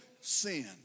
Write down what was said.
sin